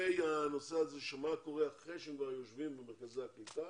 מה קורה אחרי שהם יושבים במרכזי הקליטה,